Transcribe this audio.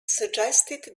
suggested